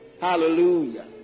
Hallelujah